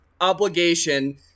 obligation